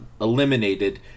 eliminated